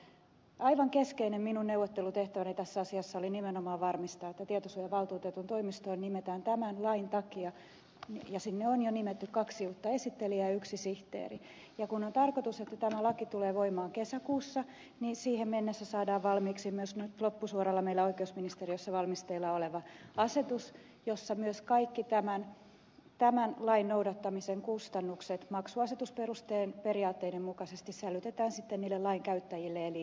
minun aivan keskeinen neuvottelutehtäväni tässä asiassa oli nimenomaan varmistaa että tietosuojavaltuutetun toimistoon nimetään tämän lain takia ja sinne on jo nimetty kaksi uutta esittelijää ja yksi sihteeri ja kun on tarkoitus että tämä laki tulee voimaan kesäkuussa niin siihen mennessä saadaan valmiiksi myös nyt loppusuoralla meillä oikeusministeriössä valmisteilla oleva asetus jossa myös kaikki tämän lain noudattamisen kustannukset maksuasetusperusteen periaatteiden mukaisesti sälytetään sitten niille lainkäyttäjille eli yrityksille